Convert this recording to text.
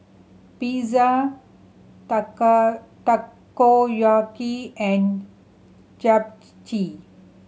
Pizza Takoyaki and